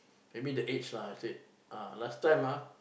maybe the age lah I said ah last time ah